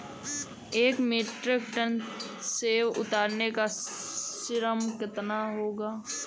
एक metric ton सेव उतारने का श्रम शुल्क कितना होगा?